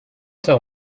tell